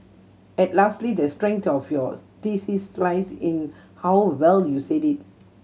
and lastly the strength of your theses lies in how well you said it